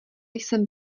jsem